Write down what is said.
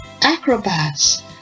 acrobats